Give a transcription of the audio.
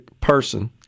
person